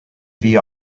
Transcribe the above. via